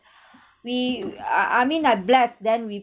we uh I mean I'm blessed then we